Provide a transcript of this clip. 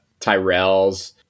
tyrells